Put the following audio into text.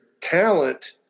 talent